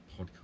podcast